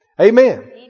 Amen